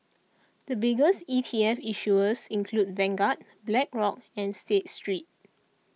the biggest E T F issuers include Vanguard Blackrock and State Street